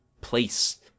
place